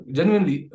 Genuinely